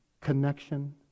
connection